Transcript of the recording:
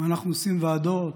ואנחנו עושים ועדות,